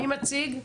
מי מציג?